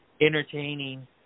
entertaining